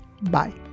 Bye